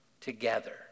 together